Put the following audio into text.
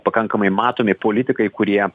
pakankamai matomi politikai kurie